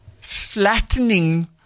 Flattening